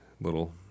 Little